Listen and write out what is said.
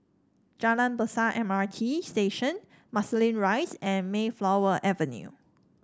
Jalan Besar M R T Station Marsiling Rise and Mayflower Avenue